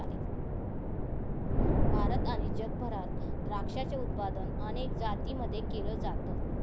भारत आणि जगभरात द्राक्षाचे उत्पादन अनेक जातींमध्ये केल जात